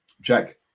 Jack